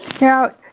now